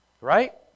Right